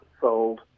sold